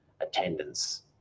attendance